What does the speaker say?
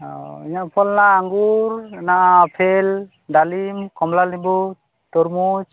ᱚ ᱤᱧᱟᱹᱜ ᱯᱷᱚᱞ ᱦᱮᱱᱟᱜᱼᱟ ᱟᱺᱜᱩᱨ ᱢᱮᱱᱟᱜᱼᱟ ᱟᱯᱮᱞ ᱰᱟᱞᱤᱢ ᱠᱚᱢᱞᱟ ᱞᱮᱵᱩ ᱛᱚᱨᱢᱩᱡᱽ